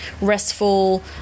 restful